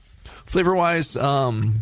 Flavor-wise